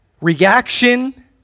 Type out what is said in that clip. reaction